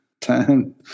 time